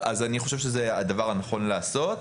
אני חושב שזה הדבר הנכון לעשות.